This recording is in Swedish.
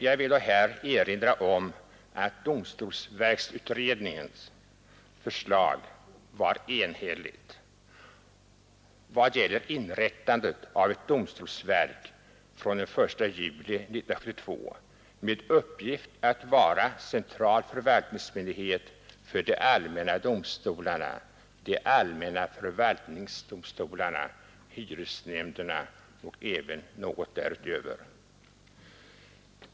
Jag vill bara erinra om att domstolsverksutredningens förslag var enhälligt i vad gäller inrättandet av ett domstolsverk från den 1 juli 1972 med uppgift att vara central förvaltningsmyndighet för de allmänna domstolarna, de allmänna förvaltningsdomstolarna, hyresnämnderna och Tornedalens rättshjälpsanstalt.